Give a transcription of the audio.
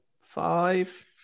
Five